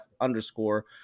underscore